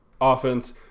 offense